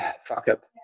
fuck-up